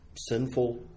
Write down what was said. Sinful